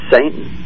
Satan